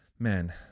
Man